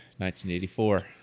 1984